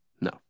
No